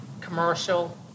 commercial